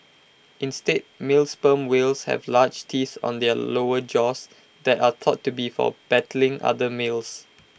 instead male sperm whales have large teeth on their lower jaws that are thought to be for battling other males